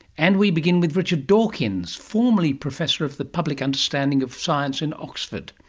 and we begin with richard dawkins, formerly professor of the public understanding of science in oxford,